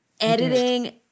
Editing